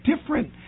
different